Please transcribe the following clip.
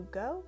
go